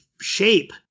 shape